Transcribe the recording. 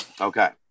Okay